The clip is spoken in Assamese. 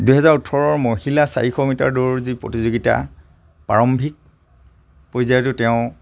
দুহেজাৰ ওঠৰৰ মহিলা চাৰিশ মিটাৰ দৌৰ যি প্ৰতিযোগিতা প্ৰাৰম্ভিক পৰ্যায়তো তেওঁ